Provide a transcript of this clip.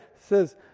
says